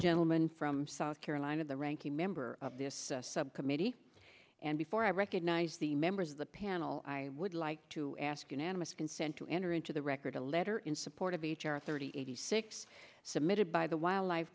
gentleman from south carolina the ranking member of this subcommittee and before i recognize the members of the panel i would like to ask unanimous consent to enter into the record a letter in support of h r thirty eighty six submitted by the wildlife